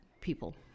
people